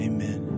Amen